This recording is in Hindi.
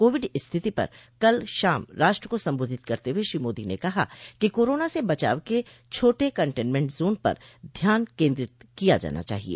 कोविड स्थिति पर कल शाम राष्ट्र को संबोधित करते हुए श्री मोदो ने कहा कि कोरोना से बचाव के छोटे कंटेनमेंट जोन पर ध्यान केन्द्रित किया जाना चाहिए